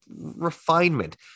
refinement